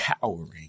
cowering